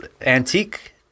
antique